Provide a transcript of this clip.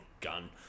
gun